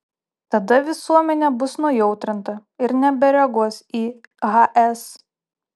tada visuomenė bus nujautrinta ir nebereaguos į hs